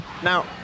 Now